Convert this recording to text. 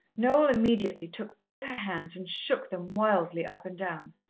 noel immediately took both her hands and shook them wildly up and down.